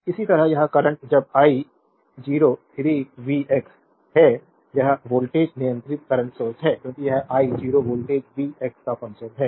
इसी तरह यह करंट जब आई 0 3 वी एक्स है यह वोल्टेज नियंत्रित करंट सोर्स है क्योंकि यह आई 0 वोल्टेज वी एक्स का फंक्शन है